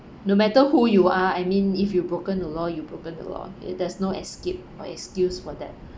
no matter who you are I mean if you broken the law you broken the law it there's no escape or excuse for that